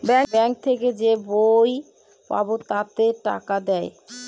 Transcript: bank থেকে যে বই পাবো তাতে টাকা দেয়